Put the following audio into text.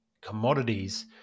commodities